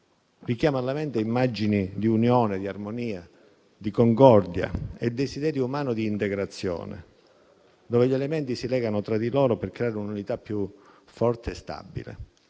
Richiama alla mente immagini di unione, di armonia, di concordia e il desiderio umano di integrazione, dove gli elementi si legano tra di loro per creare un'unità più forte e stabile.